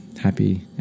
happy